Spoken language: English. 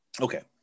okay